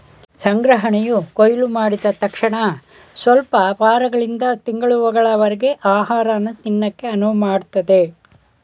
ಸಂಗ್ರಹಣೆಯು ಕೊಯ್ಲುಮಾಡಿದ್ ತಕ್ಷಣಸ್ವಲ್ಪ ವಾರಗಳಿಂದ ತಿಂಗಳುಗಳವರರ್ಗೆ ಆಹಾರನ ತಿನ್ನಕೆ ಅನುವುಮಾಡ್ತದೆ